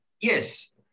yes